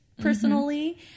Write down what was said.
personally